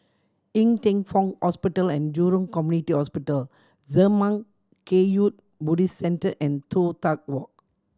Ng Teng Fong Hospital And Jurong Community Hospital Zurmang Kagyud Buddhist Centre and Toh Tuck Walk